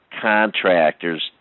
contractors